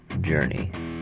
journey